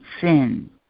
sin